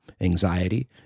anxiety